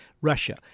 Russia